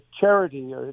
charity